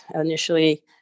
initially